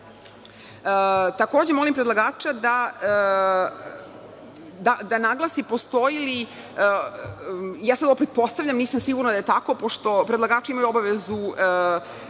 molim predlagača da naglasi postoji li, ja sad opet postavljam a nisam sigurna da je tako, pošto predlagači imaju obavezu